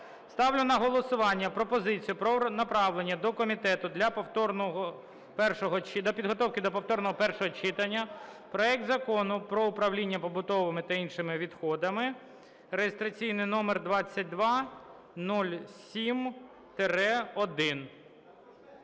Ставлю на голосування пропозицію про направлення до комітету для повторного... для підготовки до повторного першого читання проект Закону про управління побутовими та іншими відходами (реєстраційний номер 2207-1).